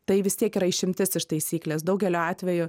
tai vis tiek yra išimtis iš taisyklės daugeliu atveju